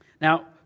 Now